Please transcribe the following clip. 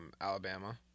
Alabama